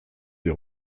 des